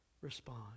respond